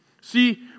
See